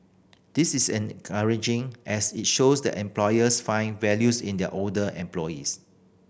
this is encouraging as it shows that employers find values in their older employees